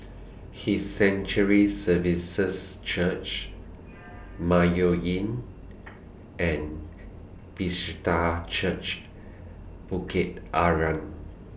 His Sanctuary Services Church Mayo Inn and Bethesda Church Bukit Arang